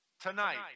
tonight